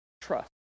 trust